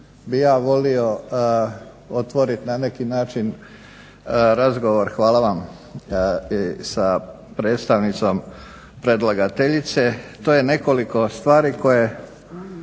razgovor sa predstavnicom predlagateljice, to je nekoliko stvari koje